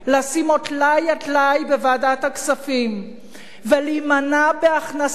לשים עוד טלאי על טלאי בוועדת הכספים ולהימנע מהכנסת